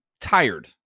tired